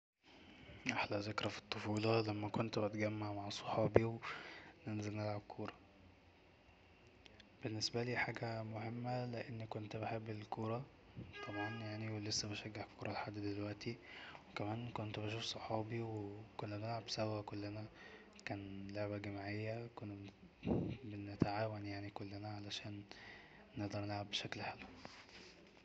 احلى ذكرى في الطفولة لما كنت بتجمع مع صحابي وننزل نلعب كورة بالنسبالي حاجة مهمة لأني كنت بحب الكورة طبعا يعني ولسه بشجع في الكورة لحد دلوقتي وكمان كنت بشوف صحابي وكنا بنلعب سوى كلنا كان لعبة جماعية كنا بنتعاون يعني كلنا علشان نقدر نلعب بشكل حلو